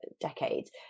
decades